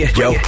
yo